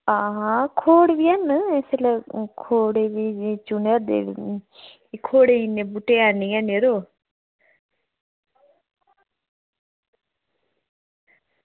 हां हां खोड़ बी हैन इसलै खोड़ै गी चुना दे एह् खोड़ें इन्ने बूह्टे हैन नि हैन यरो